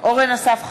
אורן אסף חזן,